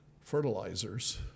fertilizers